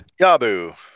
Yabu